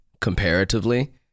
comparatively